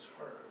heard